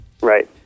Right